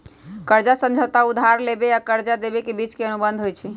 कर्जा समझौता उधार लेबेय आऽ कर्जा देबे के बीच के अनुबंध होइ छइ